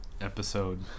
episode